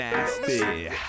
Nasty